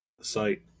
site